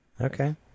okay